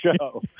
show